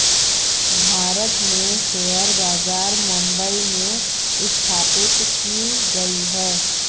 भारत में शेयर बाजार मुम्बई में स्थापित की गयी है